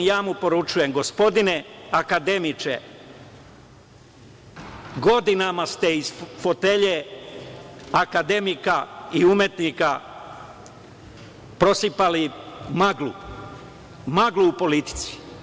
Ja mu poručujem – gospodine akademiče, godinama ste iz fotelje akademika i umetnika prosipali maglu, maglu u politici.